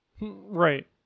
Right